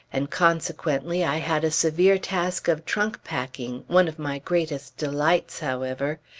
and consequently i had a severe task of trunk-packing, one of my greatest delights, however.